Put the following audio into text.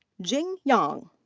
jing yang.